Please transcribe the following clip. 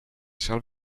shall